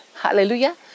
hallelujah